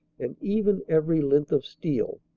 and even every length of steel.